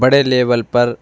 بڑے لیول پر